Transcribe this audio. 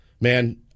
man